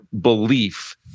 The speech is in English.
belief